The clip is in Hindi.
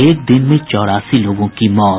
एक दिन में चौरासी लोगों की मौत